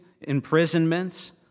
imprisonments